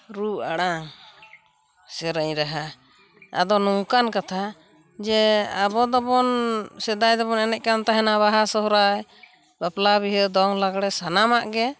ᱨᱩ ᱟᱲᱟᱝ ᱥᱮᱨᱮᱧ ᱨᱟᱦᱟ ᱟᱫᱚ ᱱᱚᱝᱠᱟᱱ ᱠᱟᱛᱷᱟ ᱡᱮ ᱟᱵᱚ ᱫᱚᱵᱚᱱ ᱥᱮᱫᱟᱭ ᱫᱚᱵᱚᱱ ᱮᱱᱮᱡ ᱠᱟᱱ ᱛᱟᱦᱮᱱᱟ ᱵᱟᱦᱟ ᱥᱚᱦᱨᱟᱭ ᱵᱟᱯᱞᱟ ᱵᱤᱦᱟᱹ ᱫᱚᱝ ᱞᱟᱜᱽᱬᱮ ᱥᱟᱱᱟᱢᱟᱜ ᱨᱮᱜᱮ